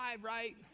right